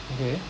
okay